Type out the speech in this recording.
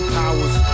powers